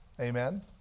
Amen